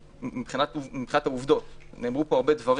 מבחינת העובדות, נאמרו כאן הרבה דברים.